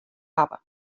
hawwe